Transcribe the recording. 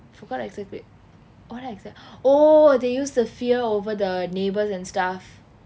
forgot exactly what exactl~ oh they use the fear over the neighbors and stuff